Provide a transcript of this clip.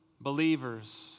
believers